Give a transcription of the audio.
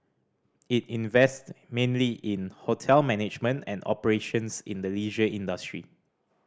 it invest mainly in hotel management and operations in the leisure industry